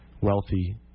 wealthy